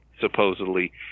supposedly